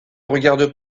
regarde